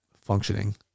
functioning